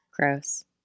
Gross